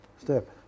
step